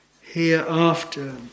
hereafter